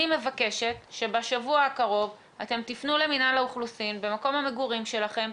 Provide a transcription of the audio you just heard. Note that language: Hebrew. אני מבקשת שבשבוע הקרוב אתם תפנו למינהל האוכלוסין במקום המגורים שלכם,